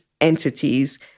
entities